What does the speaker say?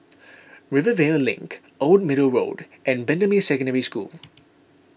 Rivervale Link Old Middle Road and Bendemeer Secondary School